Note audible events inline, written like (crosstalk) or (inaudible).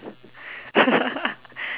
(laughs)